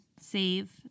save